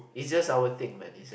is just our thing man is just